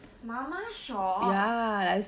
mama shop